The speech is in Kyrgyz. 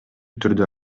түрдө